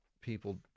people